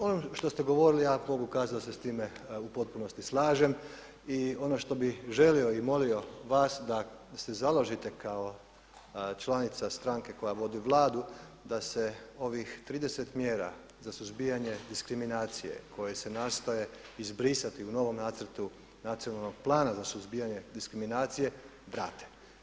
Ono što ste govorili, a mogu kazati da se s time u potpunosti slažem i ono što bi želio i molio vas da se založite kao članica stranke koja vodi Vladu, da se ovih 30 mjera za suzbijanje diskriminacije koje se nastoje izbrisati u novom nacrtu nacionalnog plana za suzbijanje diskriminacije vrate.